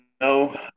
No